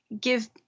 give